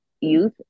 youth